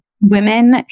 women